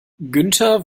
günther